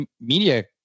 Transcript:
media